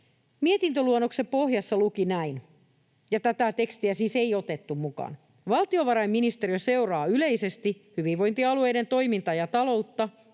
tekstiä. Luonnoksen pohjassa luki näin, ja tätä tekstiä siis ei otettu mukaan: ”Valtiovarainministeriö seuraa yleisesti hyvinvointialueiden toimintaa ja taloutta”